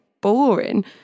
boring